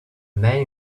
men